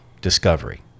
Discovery